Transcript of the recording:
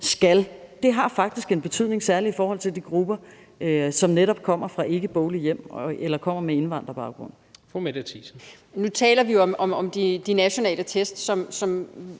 »skal«, har faktisk en betydning, særlig i forhold til de grupper, som netop kommer fra ikkeboglige hjem eller kommer med indvandrerbaggrund. Kl. 17:51 Tredje næstformand (Jens